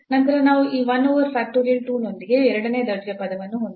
ನಂತರ ನಾವು ಈ 1 over factorial 2 ನೊಂದಿಗೆ ಎರಡನೇ ದರ್ಜೆಯ ಪದವನ್ನು ಹೊಂದಿದ್ದೇವೆ